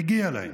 מגיע להם,